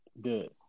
Good